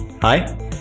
Hi